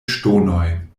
ŝtonoj